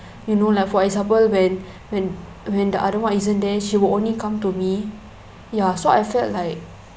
you know like for example when when when the other one isn't there she would only come to me ya so I felt like